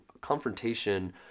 confrontation